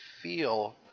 feel